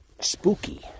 spooky